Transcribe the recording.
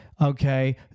okay